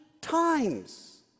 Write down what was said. times